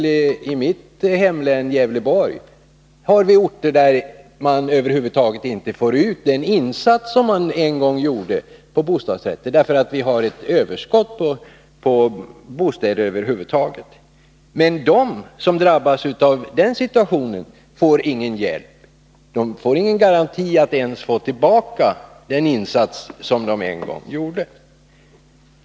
på en del orter i mitt hemlän, Gävleborg — får man när man säljer bostadsrättslägenheter över huvud taget inte ut den insats som man en gång betalade, på grund av att det finns ett överskott på bostäder över huvud taget. Men de som drabbas av den situationen får ingen hjälp. De får ingen garanti för att ens få tillbaka den insats de en gång betalade.